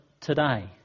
today